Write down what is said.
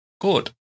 Good